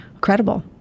credible